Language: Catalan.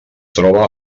troba